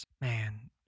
Man